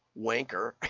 wanker